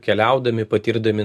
keliaudami patirdami